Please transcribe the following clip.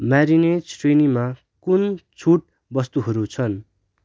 marinades श्रेणीमा कुन छुट वस्तुहरू छन्